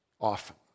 often